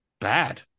bad